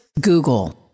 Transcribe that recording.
Google